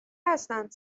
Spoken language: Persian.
هستند